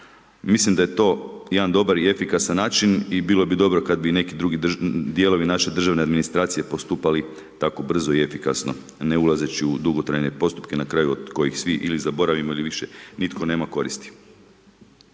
Mislim da je to jedan dobar i efikasan način i bilo bi dobro kad bi neki drugi dijelovi znači državne administracije postupali tako brzo i efikasno ne ulazeći u dugotrajne postupke na kraju od kojih svi ili zaboravimo ili više nitko nema koristi.